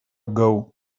ago